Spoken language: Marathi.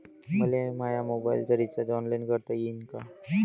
मले माया मोबाईलचा रिचार्ज ऑनलाईन करता येईन का?